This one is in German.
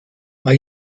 war